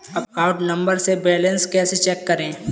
Account number से balance कैसे check करें?